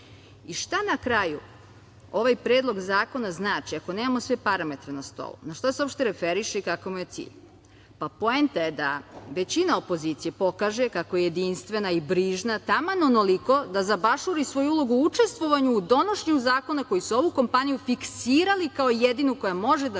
Šta na kraju ovaj predlog znači, ako nemamo sve parametre na stolu? Na šta se uopšte referiše i kakav mu je cilj? Poenta je da većina opozicije pokaže kako je jedinstvena i brižna, taman onoliko da zabašuri svoju ulogu u učestvovanju u donošenju zakona, koji su ovu kompaniju fiksirali kao jedinu koja može da